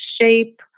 shape